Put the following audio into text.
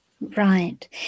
Right